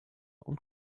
und